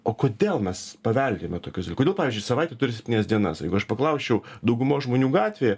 o kodėl mes paveldėjome tokius dalykus kodėl pavyzdžiui savaitė turi septynias dienas jeigu aš paklausčiau daugumos žmonių gatvėje